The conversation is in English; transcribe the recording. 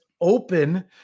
open